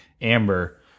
Amber